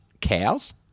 cows